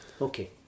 okay